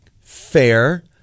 fair